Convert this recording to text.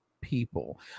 people